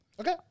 Okay